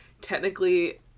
technically